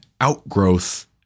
outgrowth